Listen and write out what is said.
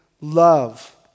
love